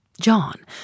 John